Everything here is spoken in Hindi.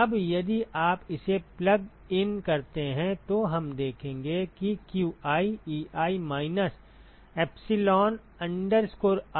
अब यदि आप इसे प्लग इन करते हैं तो हम देखेंगे कि qi Ei माइनस एप्सिलॉन